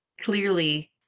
clearly